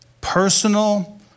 personal